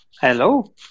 Hello